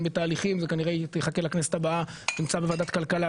בתהליכים וכנראה יחכה לכנסת הבאה נמצא בוועדת הכלכלה.